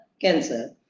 cancer